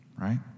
right